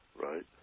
Right